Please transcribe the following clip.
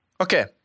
Okay